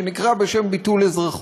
שנקרא בשם "ביטול אזרחות".